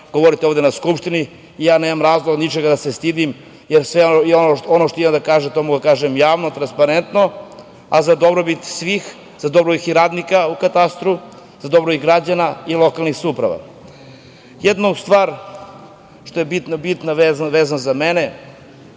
govoriti ovde na Skupštini. Nemam ja razlog ničega da se stidim, jer sve ono što imam da kažem to mogu da kažem javno, transparentno, a za dobrobit svih, za dobrobit i radnika u katastru, za dobrobit građana i lokalnih samouprava. Jedna stvar koja je bitna vezano za mene